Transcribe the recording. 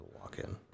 walk-in